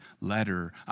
letter